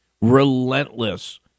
relentless